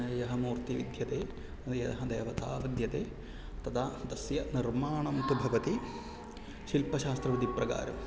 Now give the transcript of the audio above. यः मूर्तिः विद्यते यः देवता विद्यते तदा तस्य निर्माणं तु भवति शिल्पशास्त्रविधिप्रकारं